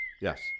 Yes